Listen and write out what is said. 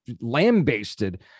lambasted